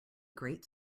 great